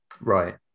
Right